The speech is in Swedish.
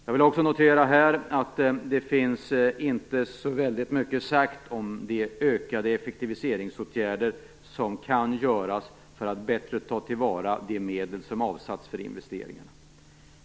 Jag vill också notera att det inte finns så väldigt mycket sagt om de åtgärder för ökad effektivisering som kan vidtas för att bättre ta till vara de medel som avsatts för investeringarna.